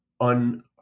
on-